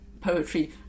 poetry